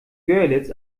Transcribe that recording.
görlitz